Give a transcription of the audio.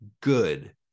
good